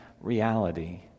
reality